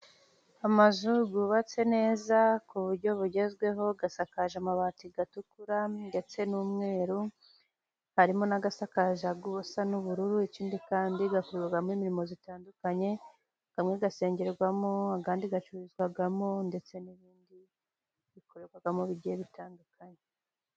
Amazu yubatse neza ku buryo bugezweho, asakaje amabati atukura ndetse n'umweru. Harimo n'asakaje asa n'ubururu, ikindi kandi agakorerwamo imirimo zitandukanye, amwe asengerwamo, andi acururizwamo ndetse n'ibindi bikorerwamo bigiye bitandukanye.